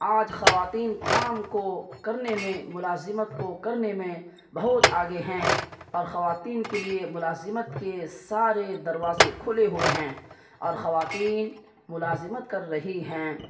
آج خواتین کام کو کرنے میں ملازمت کو کرنے میں بہت آگے ہیں اور خواتین کے لیے ملازمت کے سارے دروازے کھلے ہوئے ہیں اور خواتین ملازمت کر رہی ہیں